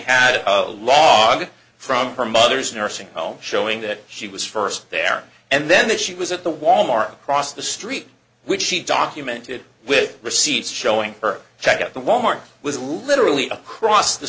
had a log from her mother's nursing home showing that she was first there and then that she was at the wal mart across the street which she documented with receipts showing her check out the wal mart was rude literally across the